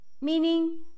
Meaning